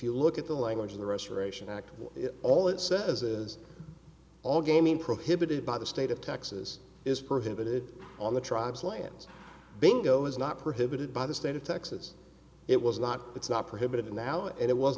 you look at the language of the restoration act all it says is all gaming prohibited by the state of texas is prohibited on the tribes lands bingo is not prohibited by the state of texas it was not it's not prohibited now and it was